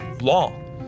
law